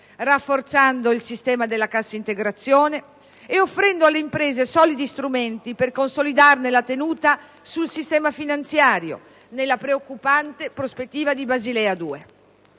rafforzando il sistema della cassa integrazione e offrendo alle imprese solidi strumenti per consolidarne la tenuta sul sistema finanziario, nella preoccupante prospettiva di Basilea 2.